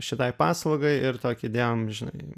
šitai paslaugai ir tokį dėjom žinai